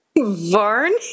Varney